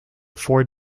four